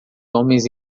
homens